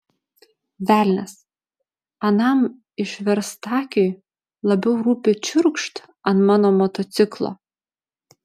velnias anam išverstakiui labiau rūpi čiurkšt ant mano motociklo